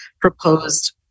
proposed